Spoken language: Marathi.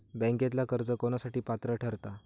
बँकेतला कर्ज कोणासाठी पात्र ठरता?